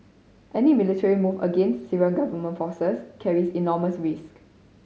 any military move against Syrian government forces carries enormous risk